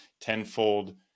tenfold